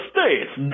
States